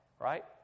right